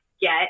get